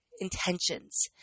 intentions